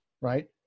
right